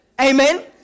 Amen